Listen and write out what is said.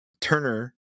Turner